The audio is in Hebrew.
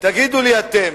תגידו לי אתם,